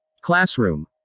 Classroom